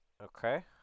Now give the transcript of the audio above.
Okay